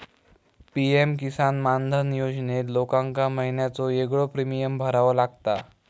PM Kisan Maandhan योजनेत लोकांका महिन्याचो येगळो प्रीमियम भरावो लागता